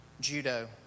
judo